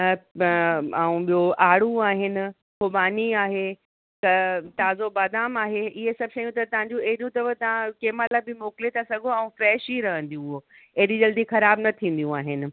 अऊं ॿियो आड़ू आहिनि खुबानी आहे त ताज़ो बादाम आहे इहे सभु शयूं त ताज़ियूं हेॾियूं अथव तव्हां कंहिं महिल बि मोकिले था सघो ऐं फ़्रेश ई रहंदियूं उहो हेॾी जल्दी ख़राबु न थीदियूं आहिनि